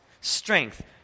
strength